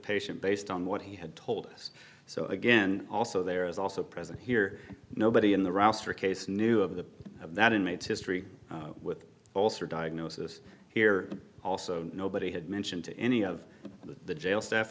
patient based on what he had told us so again also there is also present here nobody in the roster case knew of the of that inmates history with also diagnosis here also nobody had mentioned to any of the jail staff